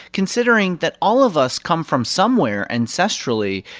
considering that all of us come from somewhere ancestrally.